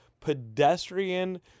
pedestrian